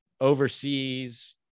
overseas